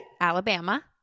alabama